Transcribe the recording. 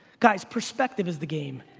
guys perspective is the game.